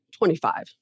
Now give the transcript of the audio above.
25